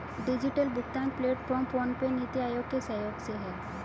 digital भुगतान platform PhonePe, NITI Aayog के सहयोग से है